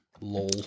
lol